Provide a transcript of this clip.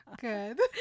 good